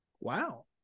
wow